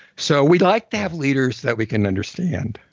so we'd like to have leaders that we can understand,